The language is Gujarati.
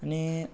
અને